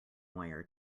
wire